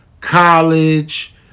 college